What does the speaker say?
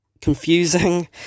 confusing